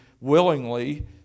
willingly